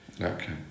Okay